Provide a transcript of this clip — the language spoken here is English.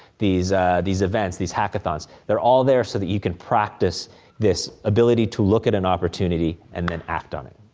these these events, these hackathons, there all there so that you can practice this ability to look at an opportunity and then act on it.